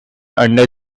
under